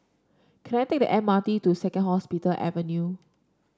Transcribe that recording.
can I take the M R T to Second Hospital Avenue